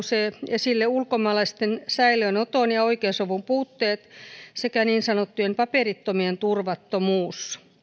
esille ulkomaalaisten säilöönoton ja oikeusavun puutteet sekä niin sanottujen paperittomien turvattomuus